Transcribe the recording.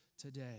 today